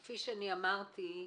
כפי שאמרתי,